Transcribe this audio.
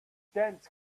dense